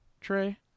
tray